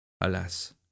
Alas